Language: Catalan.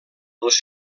els